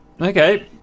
Okay